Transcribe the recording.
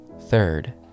third